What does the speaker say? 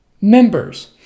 members